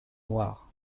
noires